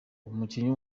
umukinnyi